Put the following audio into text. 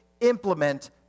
implement